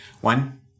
One